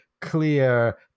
clear